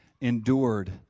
endured